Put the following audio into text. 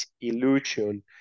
illusion